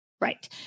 Right